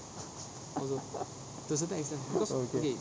okay